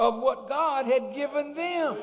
of what god had given them